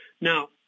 Now